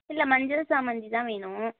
இல்லை மஞ்சள் சாமந்தி தான் வேணும்